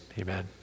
Amen